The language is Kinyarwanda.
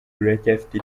ruracyafite